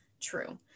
true